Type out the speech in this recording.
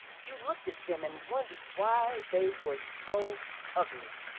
you looked at them and wondered why they were so ugly.